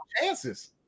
chances